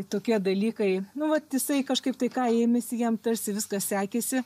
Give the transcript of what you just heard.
tokie dalykai nu vat jisai kažkaip tai ką ėmėsi jam tarsi viskas sekėsi